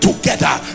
together